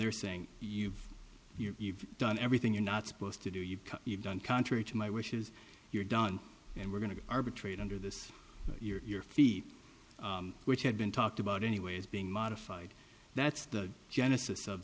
they're saying you've you've done everything you're not supposed to do you you've done contrary to my wishes you're done and we're going to arbitrate under this your feet which had been talked about anyway is being modified that's the genesis of